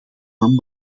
van